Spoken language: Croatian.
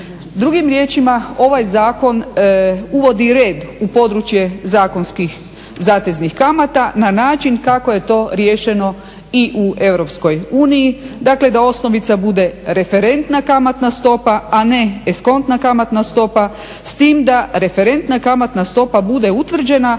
Drugim riječima, ovaj zakon uvodi red u područje zakonskih zateznih kamata na način kako je to riješeno i u Europskoj uniji, dakle da osnovica bude referentna kamatna stopa a ne eskontna kamatna stopa s tim da referentna kamatna stopa bude utvrđena